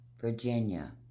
Virginia